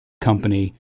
company